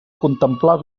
contemplar